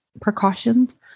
precautions